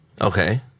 Okay